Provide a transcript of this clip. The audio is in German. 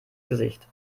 gesicht